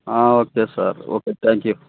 okay sir okay thank you